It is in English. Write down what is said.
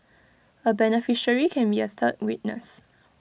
A beneficiary can be A third witness